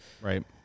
Right